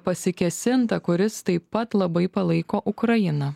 pasikėsinta kuris taip pat labai palaiko ukrainą